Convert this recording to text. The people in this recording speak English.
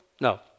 No